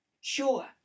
Sure